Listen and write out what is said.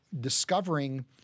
discovering